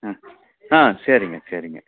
ஆ ஆ சரிங்க சரிங்க